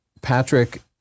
Patrick